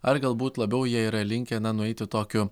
ar galbūt labiau jie yra linkę na nueiti tokiu